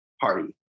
party